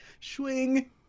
swing